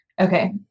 Okay